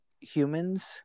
humans